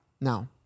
now